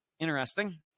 Interesting